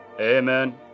Amen